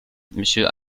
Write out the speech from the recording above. monsieur